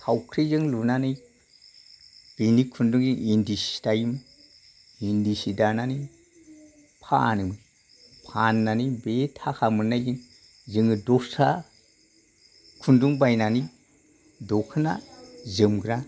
थावख्रिजों लुनानै बेनि खुन्दुंजों इन्दि सि दायोमोन इन्दि सि दानानै फानोमोन फाननानै बे थाखा मोननायजों जोङो दस्रा खुन्दुं बायनानै दख'ना जोमग्रा